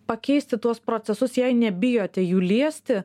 pakeisti tuos procesus jei nebijote jų liesti